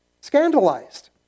scandalized